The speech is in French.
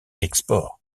export